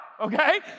okay